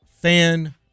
fan